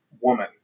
woman